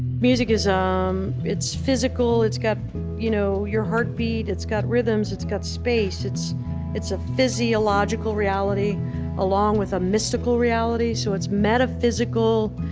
music is um physical. it's got you know your heartbeat it's got rhythms it's got space. it's it's a physiological reality along with a mystical reality. so it's metaphysical.